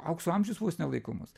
aukso amžius vos ne laikomas